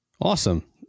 Awesome